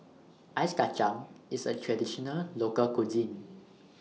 Ice Kacang IS A Traditional Local Cuisine